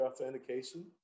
authentication